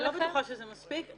אבל אני לא בטוחה שזה מספיק.